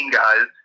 guys